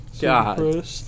God